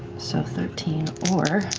so thirteen or